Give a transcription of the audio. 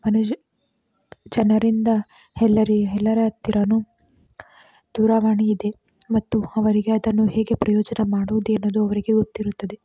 ಮನುಜ ಜನರಿಂದ ಎಲ್ಲರಿ ಎಲ್ಲರ ಹತ್ತಿರನು ದೂರವಾಣಿಯಿದೆ ಮತ್ತು ಅವರಿಗೆ ಅದನ್ನು ಹೇಗೆ ಪ್ರಯೋಜನ ಮಾಡುವುದೇನದು ಅವರಿಗೆ ಗೊತ್ತಿರುತ್ತದೆ